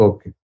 Okay